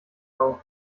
auf